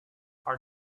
are